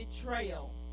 betrayal